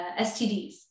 STDs